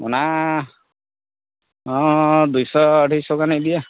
ᱚᱱᱟ ᱦᱚᱸᱻ ᱫᱩᱭ ᱥᱚ ᱟᱹᱲᱟᱹᱭ ᱥᱚ ᱜᱟᱱᱮ ᱤᱫᱤᱭᱟ